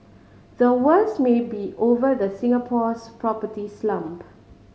the worst may be over the Singapore's property slump